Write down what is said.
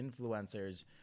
influencers